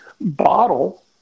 bottle